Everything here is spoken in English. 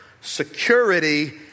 security